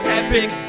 epic